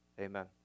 Amen